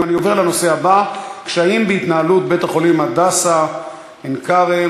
אני עובר לנושא הבא: קשיים בהתנהלות בית-החולים "הדסה עין-כרם",